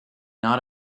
not